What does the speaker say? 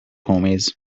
homies